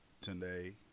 today